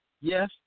Yes